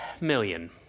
million